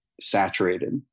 saturated